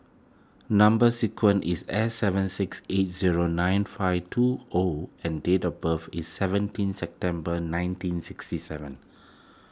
Number Sequence is S seven six eight zero nine five two O and date of birth is seventeen September nineteen sixty seven